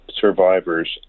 survivors